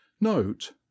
note